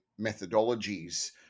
methodologies